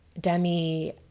Demi